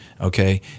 Okay